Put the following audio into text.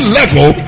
level